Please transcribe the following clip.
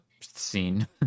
scene